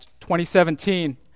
2017